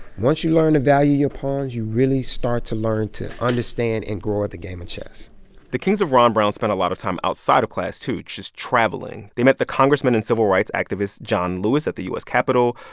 once you learn to value your pawns, you really start to learn to understand and grow at the game of chess the kings of ron brown spent a lot of time outside of class, too, just traveling. they met the congressman and civil rights activist john lewis at the u s. capitol.